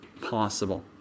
possible